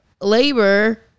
labor